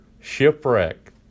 shipwreck